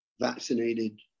vaccinated